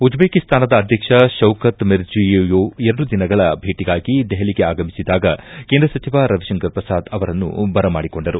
ಉಜ್ಲೇಕಿಸ್ತಾನದ ಅಧ್ಯಕ್ಷ Shavkat Mirziyoyev ಎರಡು ದಿನಗಳ ಭೇಟಗಾಗಿ ದೆಹಲಿಗೆ ಆಗಮಿಸಿದಾಗ ಕೇಂದ್ರ ಸಚಿವ ರವಿಶಂಕರ್ ಪ್ರಸಾದ್ ಅವರನ್ನು ಬರಮಾಡಿಕೊಂಡರು